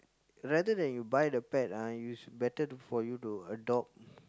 rather than you buy the pet ah you better for you to adopt